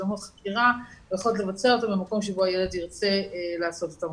השלמות חקירה והיכולת לבצע אותן במקום שבו הילד ירצה לעשות אותן.